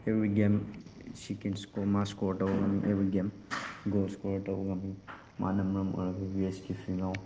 every game ꯁꯤ can score ꯃꯥ score ꯇꯧꯕ ꯉꯝꯃꯤ ꯑꯦꯕ꯭ꯔꯤ ꯒꯦꯝ ꯒꯣꯜ ꯏꯁꯀꯣꯔ ꯇꯧꯕ ꯉꯝꯃꯤ ꯃꯥꯅ ꯃꯔꯝ ꯑꯣꯏꯔꯒ ꯌꯨ ꯑꯦꯁꯀꯤ ꯐꯤꯃꯦꯜ